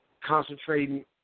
concentrating